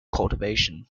cultivation